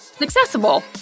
accessible